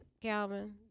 Calvin